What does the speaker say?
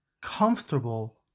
comfortable